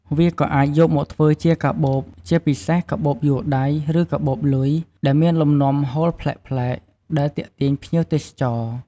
វាក៏អាចយកមកធ្វើជាកាបូប ជាពិសេសកាបូបយួរដៃ ឬកាបូបលុយ ដែលមានលំនាំហូលប្លែកៗ ដែលទាក់ទាញភ្ញៀវទេសចរ។